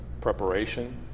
preparation